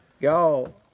Yo